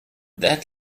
that